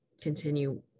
continue